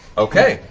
okay!